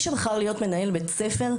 שמי שבחר להיות מנהל בית ספר,